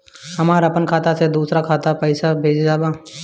हमरा आपन खाता से दोसरा खाता में पइसा भेजे के बा